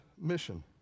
mission